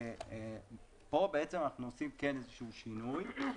כאן אנחנו עושים איזשהו שינוי.